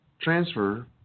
transfer